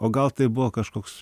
o gal tai buvo kažkoks